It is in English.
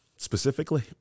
Specifically